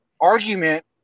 argument